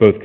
both